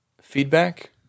feedback